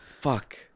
fuck